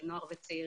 של נוער וצעירים,